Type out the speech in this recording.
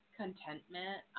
contentment